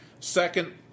Second